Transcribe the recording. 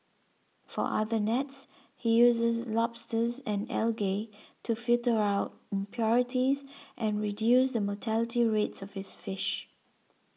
for other nets he uses lobsters and algae to filter out impurities and reduce the mortality rates of his fish